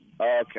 Okay